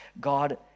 God